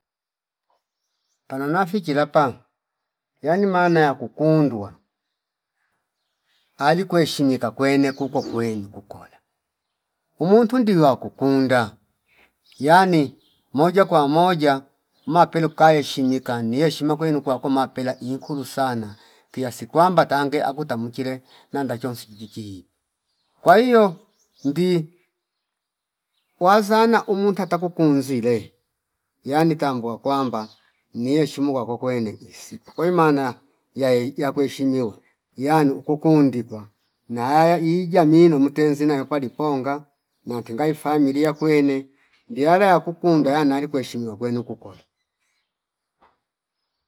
Panona fichi lapamu yani maana ya kukuundwa ali kuheshimika kwene kuko kwene kukola umuntu ndizwa kukunda yani moja kwa moja mapelu kaeshimi kane yeshima kweilu kwako mapela inkulu sana kiasi kwamba tange aku tamchile nanda chosni kichichi ipe kwa hio ngi wazana umunta taku unzile yani kwangwa kwamba ni heshimu kwako kwene insipo kwei maana ya yae ya kuheshimiwa yanu ukuku ndikwa naaya ijami numutenzina yapali ponga mantungai familia kwene ndiyala ya kuku ndaya nali kuheshimwa kwenu kukora